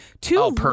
Two